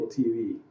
TV